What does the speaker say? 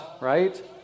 right